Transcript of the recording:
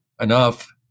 enough